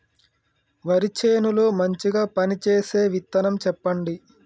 వరి చేను లో మంచిగా పనిచేసే విత్తనం చెప్పండి?